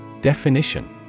Definition